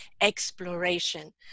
Exploration